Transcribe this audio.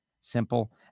Simple